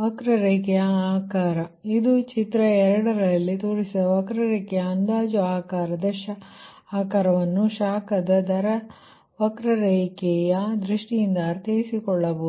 ವಕ್ರರೇಖೆಯ ಆಕಾರ ಇದು ಚಿತ್ರ 2 ರಲ್ಲಿ ತೋರಿಸಿರುವ ವಕ್ರರೇಖೆಯ ಅಂದಾಜು ಆಕಾರವನ್ನು ಶಾಖದ ದರ ವಕ್ರರೇಖೆಯ ದೃಷ್ಟಿಯಿಂದ ಅರ್ಥೈಸಿಕೊಳ್ಳಬಹುದು